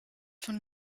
von